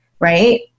right